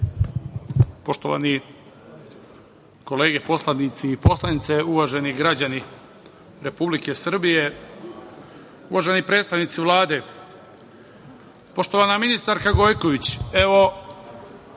kolege poslanici i poslanice, uvaženi građani Republike Srbije, uvaženi predstavnici Vlade, poštovana ministarka Gojković, evo,